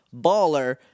baller